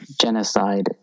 genocide